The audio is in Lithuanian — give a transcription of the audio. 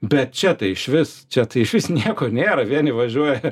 bet čia tai išvis čia tai išvis nieko nėra vieni važiuoja